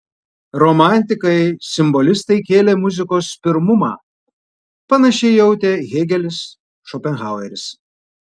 romantikai simbolistai kėlė muzikos pirmumą panašiai jautė hėgelis šopenhaueris